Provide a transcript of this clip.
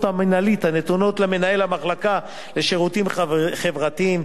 המינהליות הנתונות למנהל המחלקה לשירותים חברתיים,